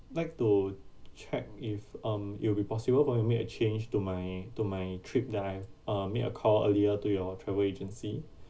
like to check if um it will be possible for you to make a change to my to my trip that I uh made a call earlier to your travel agency